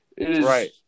Right